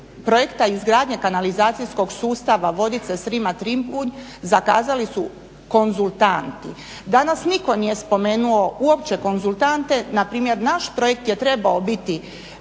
projekta izgradnje kanalizacijskog sustava Vodice … zakazali su konzultanti. Danas nitko nije spomenuo uopće konzultante. Npr. naš projekt je trebao biti